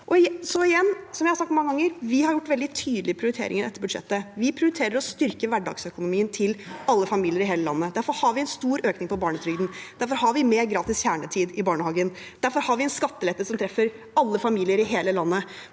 feil. Igjen, som jeg har sagt mange ganger: Vi har gjort veldig tydelige prioriteringer i dette budsjettet. Vi prioriterer å styrke hverdagsøkonomien til alle familier i hele landet. Derfor har vi en stor økning i barnetrygden. Derfor har vi mer gratis kjernetid i barnehagen. Derfor har vi en skattelette som treffer alle familier i hele landet,